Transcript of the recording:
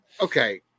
okay